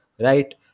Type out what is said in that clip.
right